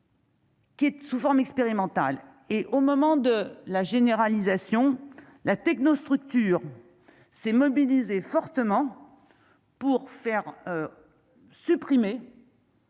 Qui êtes sous forme expérimentale et au moment de la généralisation la techno-structure c'est mobiliser fortement pour faire supprimer.